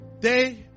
day